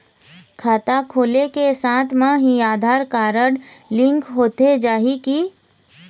खाता खोले के साथ म ही आधार कारड लिंक होथे जाही की?